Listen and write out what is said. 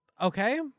Okay